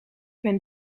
ben